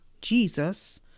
Jesus